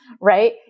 right